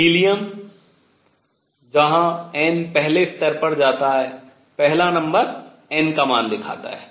helium जहां n पहले स्तर पर जाता है पहला नंबर n का मान दिखाता है